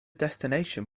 destination